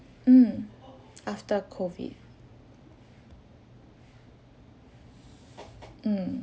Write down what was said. mm after COVID mm